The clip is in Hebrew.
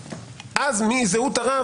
אז מי זהות הרב,